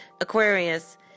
Aquarius